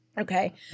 Okay